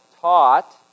taught